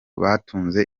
batunze